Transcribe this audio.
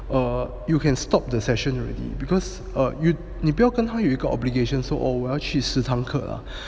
err you can stop the session already because err you 你不要跟他有一个 obligations so all 我要去十堂课 ah